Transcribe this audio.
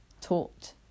taught